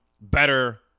better